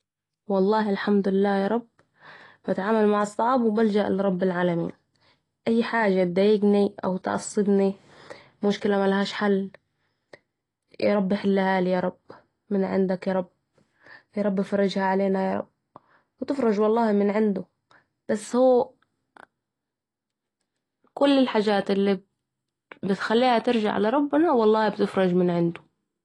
والله الحمدلله يارب، بتعامل مع الصعاب و بلجئ لرب العالمين ، اي حاجه تدايقني او تعصبني مشكلة ملهاش حل ياربي حلها يارب من عندك يارب ،يارب فرجها علينا يارب و تفرج والله من عنده ، بس هو مل الحاجات الي بتخلينا نرجع لربنا بتخليها تفرج من عنده